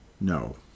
No